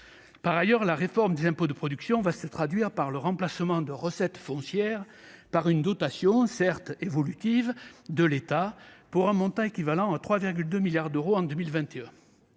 Par ailleurs, la réforme des impôts de production se traduira par le remplacement de recettes foncières par une dotation, certes évolutive, de l'État pour un montant équivalent à 3,2 milliards d'euros en 2021.